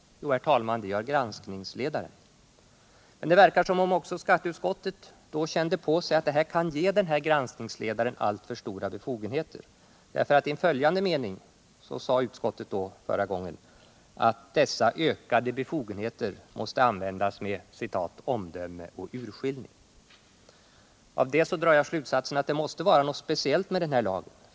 Jo, herr talman, det gör granskningsledaren. Det verkar som om också skatteutskottet känt på sig att detta kan ge denne granskningsledare alltför stora befogenheter. I en senare mening sade utskottet att de ökade befogenheterna måste användas med ”omdöme och urskillning”. Av detta drar jag slutsatsen att det måste vara något speciellt med denna lag.